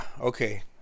okay